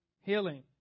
Healing